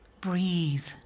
Breathe